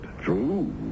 True